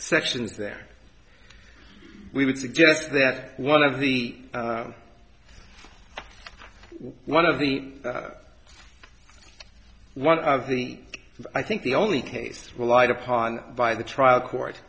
sections there we would suggest that one of the one of the one of the i think the only case relied upon by the trial court